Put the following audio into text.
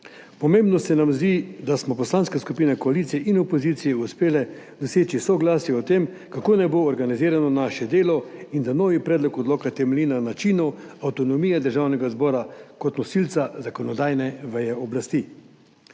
Pomembno se nam zdi, da smo poslanske skupine koalicije in opozicije uspele doseči soglasje o tem, kako naj bo organizirano naše delo, in da novi predlog odloka temelji na načinu avtonomije Državnega zbora kot nosilca zakonodajne veje oblasti.